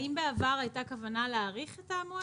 האם בעבר הייתה כוונה להאריך את המועד?